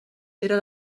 era